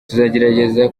tuzagerageza